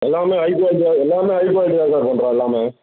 எல்லாமே high quality தான் எல்லாமே ஹை க்வாலிட்டி தான் சார் பண்ணுறோம் எல்லாமே